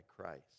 Christ